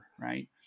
right